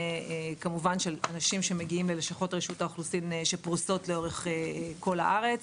כמובן של אנשים שמגיעים לשכות רשות האוכלוסין שפרוסות לאורך כל הארת,